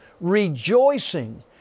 rejoicing